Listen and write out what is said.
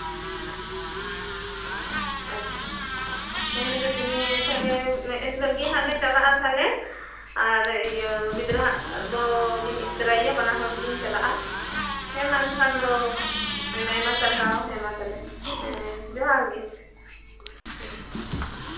ᱟᱪᱪᱷᱟ ᱦᱮᱸᱢᱟ ᱡᱟᱛᱮ ᱮᱱᱦᱤᱞᱳᱜ ᱜᱮ ᱦᱟᱸᱜ ᱞᱮ ᱪᱟᱞᱟᱜ ᱟᱞᱮ ᱦᱟᱸᱜ ᱛᱟᱞᱦᱮ ᱟᱨ ᱜᱤᱫᱽᱨᱟᱹ ᱦᱟᱸᱜ ᱞᱤᱧ ᱤᱫᱤ ᱛᱚᱨᱟᱭᱮᱭᱟ ᱵᱟᱱᱟ ᱦᱚᱲ ᱜᱮᱞᱤᱧ ᱪᱟᱞᱟᱜᱼᱟ ᱦᱮᱸᱢᱟ ᱮᱱᱠᱷᱟᱱ ᱫᱚ ᱟᱭᱢᱟᱼᱟᱭᱢᱟ ᱥᱟᱨᱦᱟᱣ ᱦᱮᱸ ᱢᱟ ᱮᱱᱠᱷᱟᱱ ᱦᱮᱸ ᱡᱚᱦᱟᱨ ᱜᱮ ᱦᱮᱸ